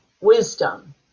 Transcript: wisdom